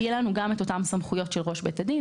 יהיו גם אותן סמכויות של ראש בית הדין.